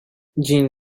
dzień